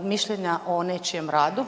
mišljenja o nečijem radu.